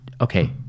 okay